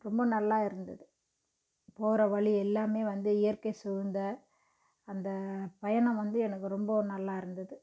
ரொம்ப நல்லா இருந்தது போகிற வழி எல்லாமே வந்து இயற்கை சூழ்ந்த அந்த பயணம் வந்து எனக்கு ரொம்ப நல்லா இருந்தது